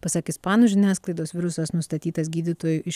pasak ispanų žiniasklaidos virusas nustatytas gydytojui iš